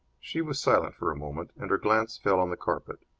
she was silent for a moment, and her glance fell on the carpet.